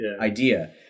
idea